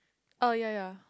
oh ya ya